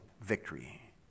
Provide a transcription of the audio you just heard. victory